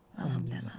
Alhamdulillah